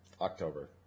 October